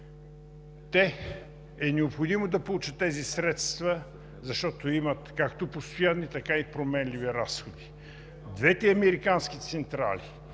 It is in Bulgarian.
Те е необходимо да получат тези средства, защото имат както постоянни, така и променливи разходи. Двете американски централи,